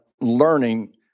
learning